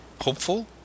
hopeful